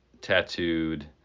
tattooed